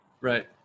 Right